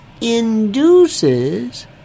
induces